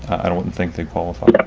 i don't and think they call.